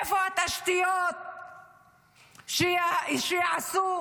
איפה התשתיות שהבטיחו שיעשו?